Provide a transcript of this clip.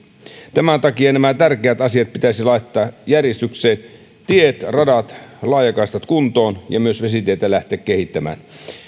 tämän takia nämä tärkeät asiat pitäisi laittaa järjestykseen tiet radat laajakaistat kuntoon ja myös vesitietä lähteä kehittämään